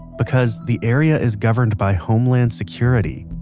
because the area is governed by homeland security.